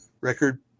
record